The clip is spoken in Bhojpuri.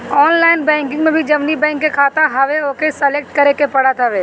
ऑनलाइन बैंकिंग में जवनी बैंक के खाता हवे ओके सलेक्ट करे के पड़त हवे